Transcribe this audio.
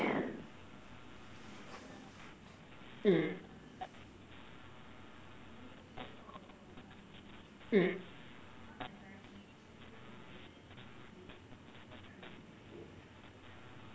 mm mm